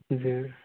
जी